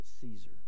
Caesar